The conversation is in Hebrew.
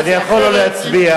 אני יכול לא להצביע,